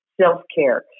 self-care